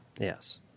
Yes